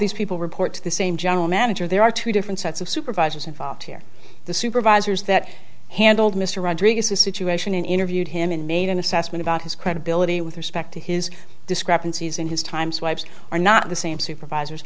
these people report to the same general manager there are two different sets of supervisors involved here the supervisors that handled mr rodriguez the situation interviewed him and made an assessment about his credibility with respect to his discrepancies in his time swipes are not the same supervisors